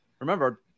remember